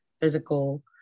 physical